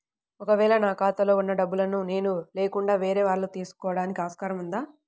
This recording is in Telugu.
ఒక వేళ నా ఖాతాలో వున్న డబ్బులను నేను లేకుండా వేరే వాళ్ళు తీసుకోవడానికి ఆస్కారం ఉందా?